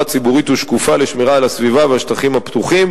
ציבורית ושקופה לשמירה על הסביבה והשטחים הפתוחים,